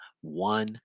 one